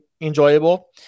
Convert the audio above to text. enjoyable